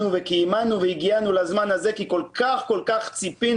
וקיימנו והגיענו לזמן הזה כי כל כך ציפינו.